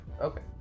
okay